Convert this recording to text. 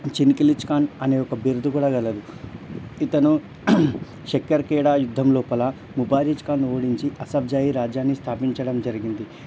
చిన్ కిలిచ్ ఖాన్ అనే ఒక బిరుదు కూడా కలదు ఇతను షెక్కర్ ఖేడా యుద్ధం లోపల ముబారిచ్ ఖాన్ను ఓడించి అసఫ్ జాహీ రాజ్యాన్ని స్థాపించడం జరిగింది